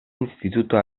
instituto